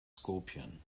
scorpion